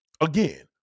again